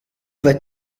vas